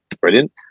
brilliant